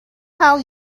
how